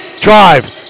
drive